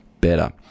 better